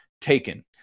taken